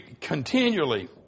continually